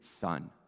son